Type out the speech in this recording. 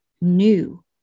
new